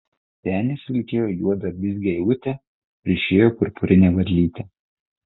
senis vilkėjo juodą blizgią eilutę ryšėjo purpurinę varlytę